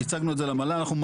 אני חושב שזה למשכורות.